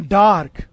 dark